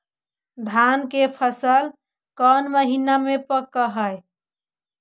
धान के फसल कौन महिना मे पक हैं?